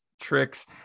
Tricks